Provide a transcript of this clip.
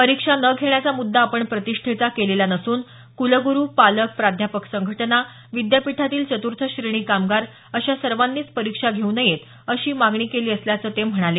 परीक्षा न घेण्याचा मुद्दा आपण प्रतिष्ठेचा केलेला नसून कुलगुरू पालक प्राध्यापक संघटना विद्यापीठांतील चत्र्थ श्रेणी कामगार अशा सर्वांनीच परिक्षा घेऊ नयेत अशी मागणी केली असल्याचं ते म्हणाले